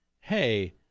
Hey